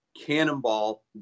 Cannonball